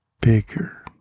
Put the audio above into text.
bigger